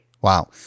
Wow